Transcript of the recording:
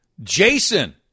Jason